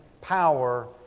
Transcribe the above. power